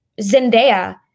Zendaya